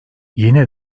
yine